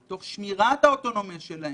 תוך שמירת האוטונומיה שלהן,